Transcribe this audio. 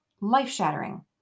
life-shattering